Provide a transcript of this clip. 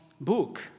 book